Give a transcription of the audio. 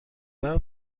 برق